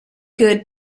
good